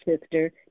sister